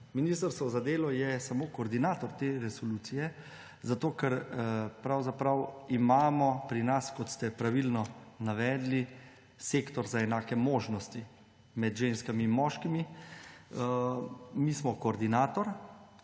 Ministrstvo za delo je samo koordinator te resolucije, ker pravzaprav imamo pri nas, kot ste pravilno navedli, Sektor za enake možnosti; med ženskami in moškimi. Mi smo koordinator,